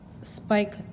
spike